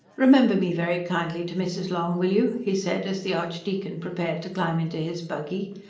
remember me very kindly to mrs. long, will you? he said as the archdeacon prepared to climb into his buggy.